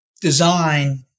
design